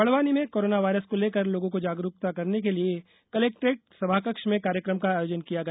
बड़वानी में corona virus को लेकर लोगों को जागरूक करने के लिये कलेक्टेट सभाकक्ष में कार्यक्रम का आयोजन किया गया